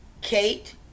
Kate